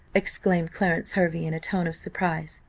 exclaimed clarence hervey in a tone of surprise.